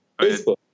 Facebook